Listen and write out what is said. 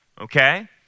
okay